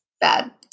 bad